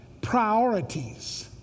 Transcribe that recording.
priorities